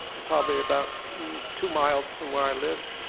probably about two miles from where i live.